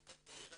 שיטתי,